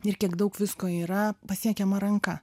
ir kiek daug visko yra pasiekiama ranka